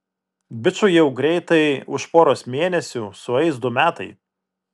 bičui jau greitai už poros mėnesių sueis du metai